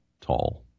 tall